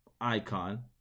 icon